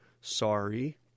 sorry